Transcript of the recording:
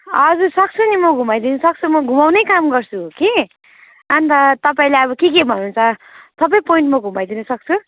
हजुर सक्छु नि म घुमाइदिन सक्छु म घुमाउने काम गर्छु हो कि अन्त तपाईँले अब के के भन्नुहुन्छ सबै पोइन्ट म घुमाइदिन सक्छु